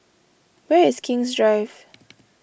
where is King's Drive